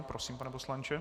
Prosím, pane poslanče.